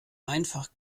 einfach